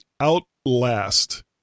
outlast